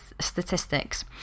statistics